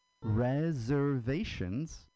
reservations